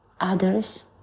others